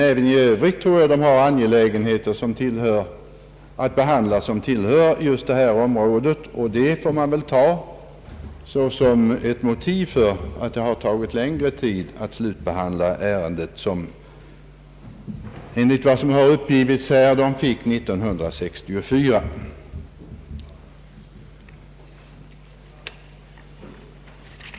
även i övrigt tror jag kommittén har att behandla frågor som tillhör just detta områ de, och det utgör väl anledningen till att det tagit längre tid att slutbehandla ärendet, som kommittén fick hand om år 1964, enligt vad som uppgivits här.